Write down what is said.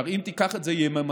אם תיקח את זה יממתית,